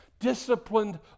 Disciplined